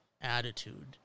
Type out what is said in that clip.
attitude